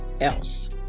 else